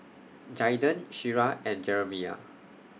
Jaiden Shira and Jeramiah